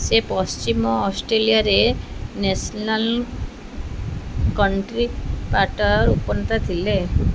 ସେ ପଶ୍ଚିମ ଅଷ୍ଟ୍ରେଲିଆରେ ନ୍ୟାସନାଲ୍ କଣ୍ଟ୍ରି ପାର୍ଟିର ଉପନେତା ଥିଲେ